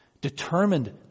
determined